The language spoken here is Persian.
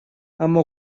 اما